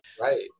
Right